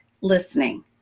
listening